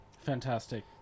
Fantastic